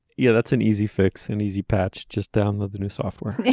yeah that's an easy fix and easy patch. just download the new software. yeah